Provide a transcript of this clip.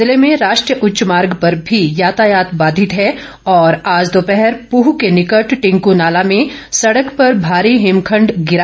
जिले में राश्टीय उच्च मार्ग पर भी यातायात बाधित है और आज दोपहर पृह के निकट टिंकू नाला में सड़क पर भारी हिमखंड गिरा